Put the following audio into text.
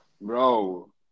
bro